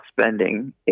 spending